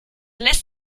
lässt